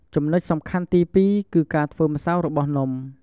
ចំនុចសំខាន់ទីពីរ គឺការធ្វើម្សៅរបស់នំ។